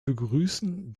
begrüßen